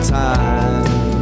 time